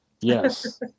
Yes